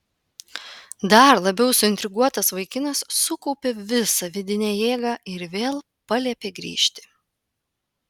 dar labiau suintriguotas vaikinas sukaupė visą vidinę jėgą ir vėl paliepė grįžti